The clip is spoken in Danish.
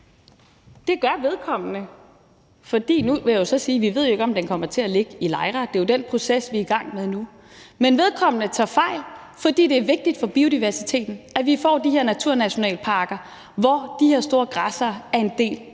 at vi ved jo ikke, om naturnationalparken kommer til at ligge i Lejre. Det er jo den proces, vi er i gang med nu. Men vedkommende tager fejl, fordi det er vigtigt for biodiversiteten, at vi får de her naturnationalparker, hvor de her store græssere er en del